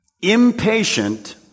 Impatient